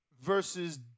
versus